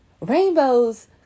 rainbows